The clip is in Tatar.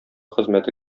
хезмәте